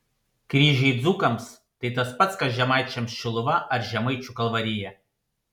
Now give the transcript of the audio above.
kryžiai dzūkams tai tas pats kas žemaičiams šiluva ar žemaičių kalvarija